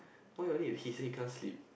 why only if he say can't sleep